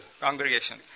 congregation